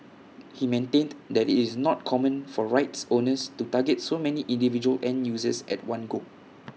he maintained that it's not common for rights owners to target so many individual end users at one go